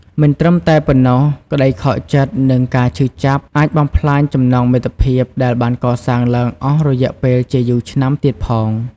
មិនត្រឹមតែប៉ុណ្ណោះ ក្ដីខកចិត្ត និងការឈឺចាប់អាចបំផ្លាញចំណងមិត្តភាពដែលបានកសាងឡើងអស់រយៈពេលជាយូរឆ្នាំទៀតផង។